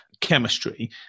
chemistry